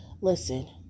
listen